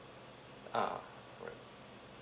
ah alright